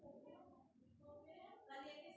superline के प्रयोग मछली पकरै आरु खींचै लेली होय छै